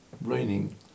raining